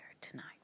tonight